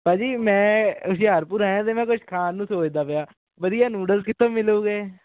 ਭਾਅ ਜੀ ਮੈਂ ਹੁਸ਼ਿਆਰਪੁਰ ਆਇਆ ਅਤੇ ਮੈਂ ਕੁਛ ਖਾਣ ਨੂੰ ਸੋਚਦਾ ਪਿਆ ਵਧੀਆ ਨੂਡਲਸ ਕਿੱਥੋਂ ਮਿਲੂਗੇ